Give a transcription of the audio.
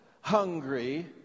hungry